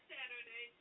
Saturday